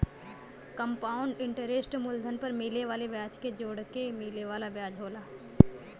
compound interest मूलधन पर मिले वाले ब्याज के जोड़के मिले वाला ब्याज होला